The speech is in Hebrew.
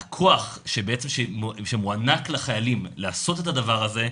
הכוח בעצם שמוענק לחיילים לעשות את הדבר הזה,